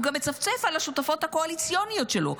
הוא גם מצפצף על השותפות הקואליציוניות שלו,